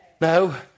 No